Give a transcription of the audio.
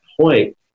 point